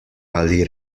ali